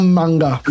manga